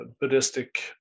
buddhistic